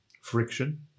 friction